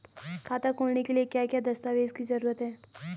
खाता खोलने के लिए क्या क्या दस्तावेज़ की जरूरत है?